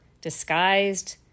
disguised